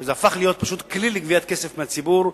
זה הפך להיות פשוט כלי לגביית כסף מהציבור,